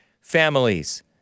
families